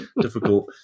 difficult